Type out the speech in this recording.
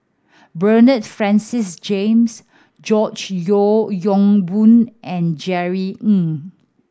Bernard Francis James George Yeo Yong Boon and Jerry Ng